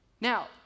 Now